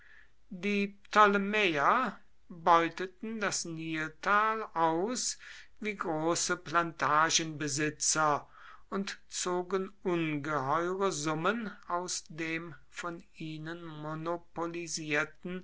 die ptolemäer beuteten das niltal aus wie große plantagenbesitzer und zogen ungeheure summen aus dem von ihnen monopolisierten